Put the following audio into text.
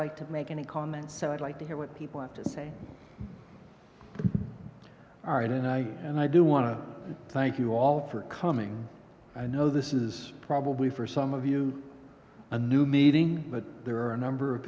like to make any comments so i'd like to hear what people have to say alright and i and i do want to thank you all for coming i know this is probably for some of you a new meeting but there are a number of